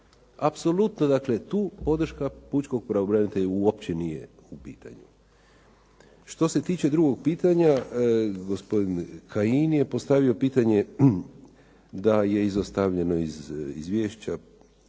Apsolutno dakle tu podrška pučkog pravobranitelja uopće nije u pitanju. Što se tiče drugog pitanja, gospodin Kajin je postavio pitanje da je izostavljeno iz izvješća